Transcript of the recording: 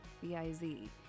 B-I-Z